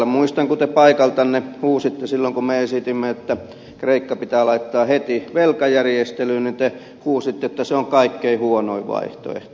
muistan kun te paikaltanne huusitte silloin kun me esitimme että kreikka pitää laittaa heti velkajärjestelyyn että se on kaikkein huonoin vaihtoehto